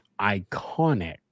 iconic